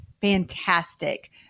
fantastic